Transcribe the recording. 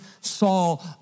Saul